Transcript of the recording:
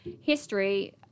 history